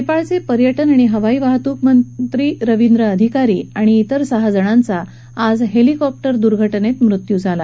नेपाळचे पर्यटन आणि हवाई वाहतूकमंत्री रवींद्र अधिकारी आणि अन्य सहा जणांचा आज हेलिकॉप्टर दुर्घटनेत मृत्यु झाला